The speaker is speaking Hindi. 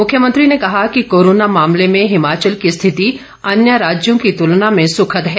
मुख्यमंत्री ने कहा कि कोरोना मामले में हिमाचल की स्थिति अन्य राज्यों की तुलना में सुखद है